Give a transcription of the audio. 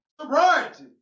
sobriety